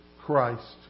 Christ